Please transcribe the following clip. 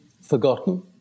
forgotten